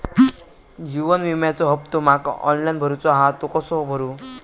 जीवन विम्याचो हफ्तो माका ऑनलाइन भरूचो हा तो कसो भरू?